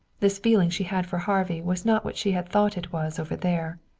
this feeling she had for harvey was not what she had thought it was over there.